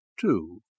Two